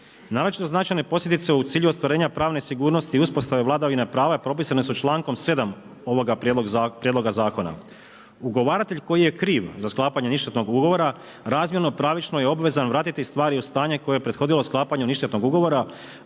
Naročito značajne posljedice u cilju ostvarenja pravne sigurnosti i uspostave vladavine prava propisane su člankom 7. ovoga prijedloga zakona. Ugovaratelj koji je kriv za sklapanje ništetnog ugovora razmjerno pravičnoj obvezan je vratiti stvari u stanje koje je prethodilo sklapanju ništetnog ugovora,